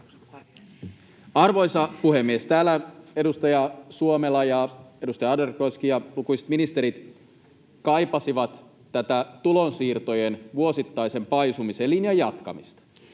Arvoisa puhemies! Täällä edustaja Suomela, edustaja Adlercreutzkin ja lukuisat ministerit kaipasivat tulonsiirtojen vuosittaisen paisumisen linjan jatkamista.